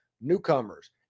newcomers